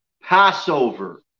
Passover